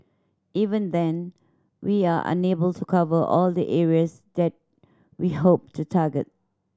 even then we are unable to cover all the areas that we hope to target